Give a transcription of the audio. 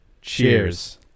Cheers